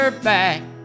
back